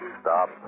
Stop